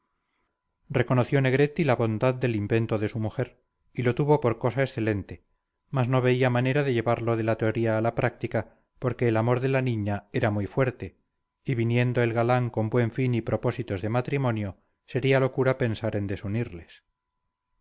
reconoció negretti la bondad del invento de su mujer y lo tuvo por cosa excelente mas no veía manera de llevarlo de la teoría a la práctica porque el amor de la niña era muy fuerte y viniendo el galán con buen fin y propósitos de matrimonio sería locura pensar en desunirles